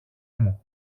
μου